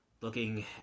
looking